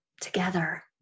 together